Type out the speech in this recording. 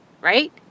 right